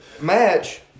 match